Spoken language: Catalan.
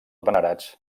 venerats